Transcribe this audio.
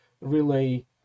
relay